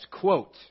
quote